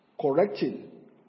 correcting